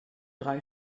drei